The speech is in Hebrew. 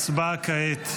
ההצבעה כעת.